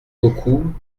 beaucoup